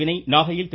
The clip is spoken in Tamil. வினய் நாகையில் திரு